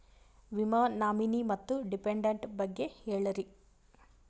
ವಿಮಾ ನಾಮಿನಿ ಮತ್ತು ಡಿಪೆಂಡಂಟ ಬಗ್ಗೆ ಹೇಳರಿ?